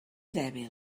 dèbil